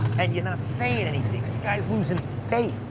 and you're not saying anything. this guy's losing faith.